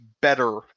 better